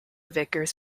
vickers